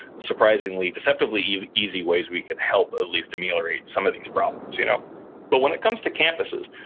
surprisingly, deceptively easy easy ways we can help at least ameliorate some of these problems you know but when it comes to campuses,